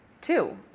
Two